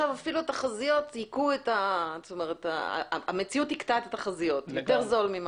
אפילו עכשיו המציאות הכתה את התחזיות יותר זול.